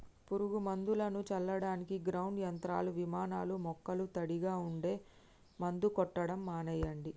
పురుగు మందులను చల్లడానికి గ్రౌండ్ యంత్రాలు, విమానాలూ మొక్కలు తడిగా ఉంటే మందు కొట్టడం మానెయ్యండి